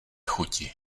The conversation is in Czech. chuti